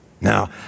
Now